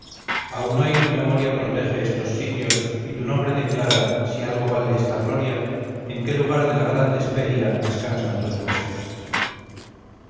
aun hoy tu memoria protege estos sitios y tu nombre declara si algo vale esta gloria en qué lugar de la grande hesperia descansan tus huesos